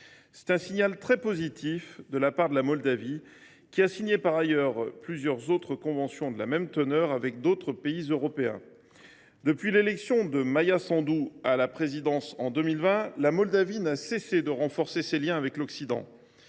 C’est un signal très positif de la part de la Moldavie, qui a signé par ailleurs plusieurs autres conventions de même teneur avec d’autres pays européens. Depuis l’élection de Maia Sandu à la présidence en 2020, la Moldavie n’a cessé de renforcer ses liens avec l’Occident.